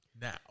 now